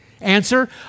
Answer